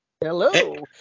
Hello